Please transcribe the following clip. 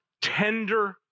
tender